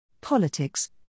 politics